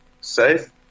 safe